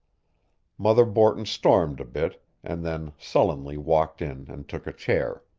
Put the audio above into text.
mother borton stormed a bit, and then sullenly walked in and took a chair.